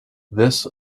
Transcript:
this